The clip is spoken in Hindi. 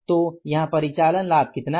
तो यहाँ परिचालन लाभ कितना है